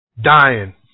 dying